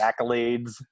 accolades